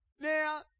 Now